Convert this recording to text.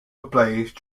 ablaze